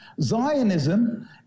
Zionism